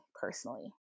personally